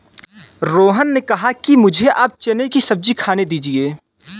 रोहन ने कहा कि मुझें आप चने की सब्जी खाने दीजिए